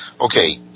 Okay